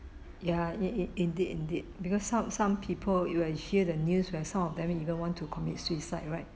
ya it it indeed indeed because some some people you uh hear the news right some of them even want to commit suicide right